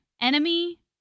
Enemy